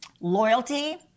loyalty